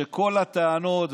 שכל הטענות,